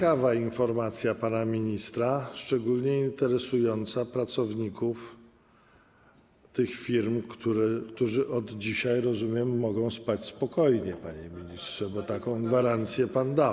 To ciekawa informacja pana ministra, szczególnie interesująca pracowników tych firm, którzy od dzisiaj, rozumiem, mogą spać spokojnie, panie ministrze, bo taką gwarancję pan dał.